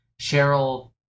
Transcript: Cheryl